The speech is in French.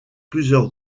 plusieurs